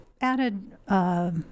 added